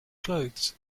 clothes